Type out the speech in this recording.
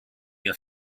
your